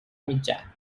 mitjà